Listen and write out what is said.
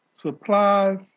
supplies